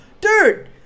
dude